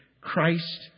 Christ